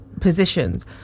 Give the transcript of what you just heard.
positions